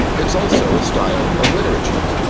it's also a style of literature,